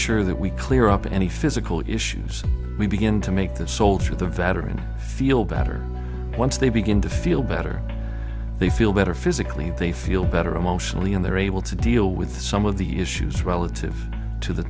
sure that we clear up any physical issues we begin to make the soldier the veteran feel better once they begin to feel better they feel better physically they feel better emotionally and they're able to deal with some of the issues relative to the